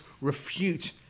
refute